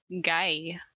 guy